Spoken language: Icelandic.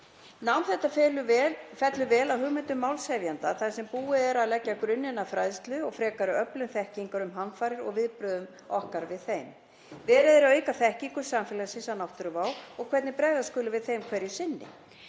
Nám þetta fellur vel að hugmyndum málshefjanda þar sem búið er að leggja grunninn að fræðslu og frekari öflun þekkingar um hamfarir og viðbrögð okkar við þeim. Verið er að auka þekkingu samfélagsins á náttúruvá og hvernig bregðast skuli við henni hverju sinni